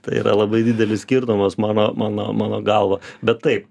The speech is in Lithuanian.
tai yra labai didelis skirtumas mano mano mano galva bet taip